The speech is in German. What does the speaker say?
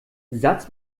satz